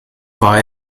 war